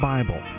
Bible